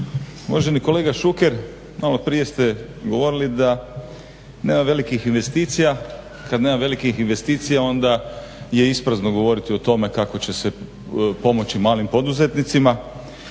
Uvaženi kolega Šuker malo prije ste govorili da nema velikih investicija. Kad nema velikih investicija onda je isprazno govoriti o tome kako će se pomoći malim poduzetnicima.